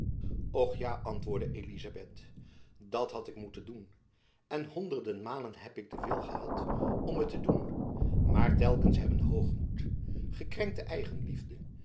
och ja antwoordde elizabeth dat had ik moeten doen en honderden malen heb ik den wil gehad om het te doen maar telkens hebben hoogmoed gekrenkte eigenliefde